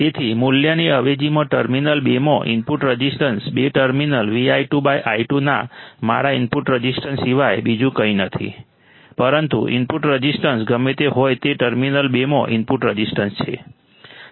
તેથી મૂલ્યની અવેજીમાં ટર્મિનલ બેમાં ઇનપુટ રઝિસ્ટન્સ બે ટર્મિનલ V i2 i2 ના મારા ઇનપુટ રઝિસ્ટન્સ સિવાય બીજું કંઈ નથી પરંતુ ઇનપુટ રઝિસ્ટન્સ ગમે તે હોય તે ટર્મિનલ બેમાં ઇનપુટ રઝિસ્ટન્સ છે